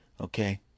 Okay